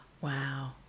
Wow